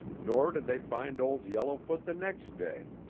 nor did they find old yellowfoot the next day,